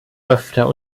öfter